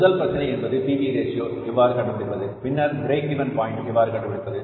முதல் பிரச்சனை என்பது பி வி ரேஷியோ எவ்வாறு கண்டுபிடிப்பது பின்னர் பிரேக் இவென் பாயின்ட் எவ்வாறு கண்டுபிடிப்பது